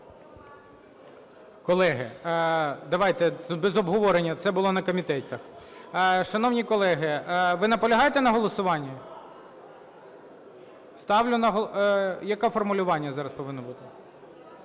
Колеги, давайте без обговорення, це було на комітетах. Шановні колеги, ви наполягаєте на голосуванні? Ставлю на... Яке формулювання зараз повинно бути?